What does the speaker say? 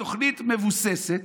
התוכנית מבוססת